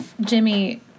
Jimmy